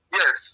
yes